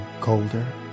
colder